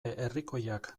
herrikoiak